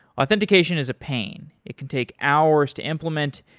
authentication is a pain. it can take hours to implement,